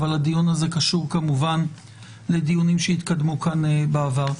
אבל הדיון הזה קשור כמובן לדיונים שהתקדמו כאן בעבר.